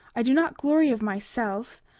i do not glory of myself,